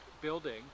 building